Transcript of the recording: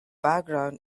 background